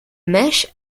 mesh